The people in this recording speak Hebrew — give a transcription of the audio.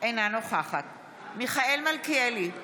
אינה נוכחת מיכאל מלכיאלי,